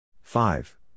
Five